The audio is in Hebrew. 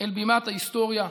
אל בימת ההיסטוריה,